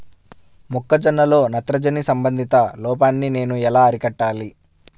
మొక్క జొన్నలో నత్రజని సంబంధిత లోపాన్ని నేను ఎలా అరికట్టాలి?